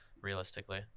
realistically